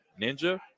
Ninja